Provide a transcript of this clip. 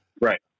Right